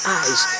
eyes